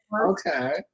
Okay